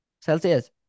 Celsius